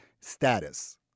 status